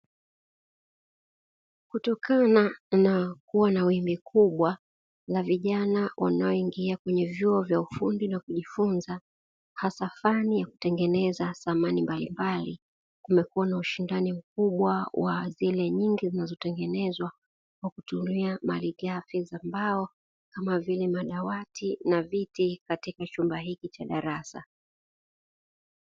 Kutokana na kuwa na wimbi kubwa la vijana wanaoingia kwenye vyuo vya ufundi na kujifunza hasa fani ya kutengeneza samani mbalimbali, kumekuwa na ushindani mkubwa wa ajira nyingi zinazotengenezwa kwa kutumia malighafi za mbao kama vile madawati na viti katika chumba hiki cha darasa.